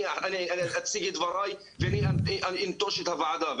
אני אציג את דבריי ואנטוש את הוועדה,